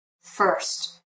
first